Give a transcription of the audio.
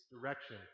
direction